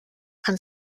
and